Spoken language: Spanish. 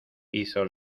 hizo